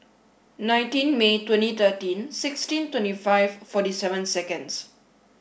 nineteen May twenty thirteen sixteen twenty five forty seven seconds